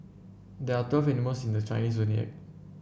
there are twelve animals in the Chinese Zodiac